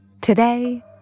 Today